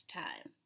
time